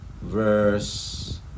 verse